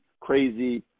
crazy